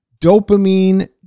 dopamine